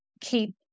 keep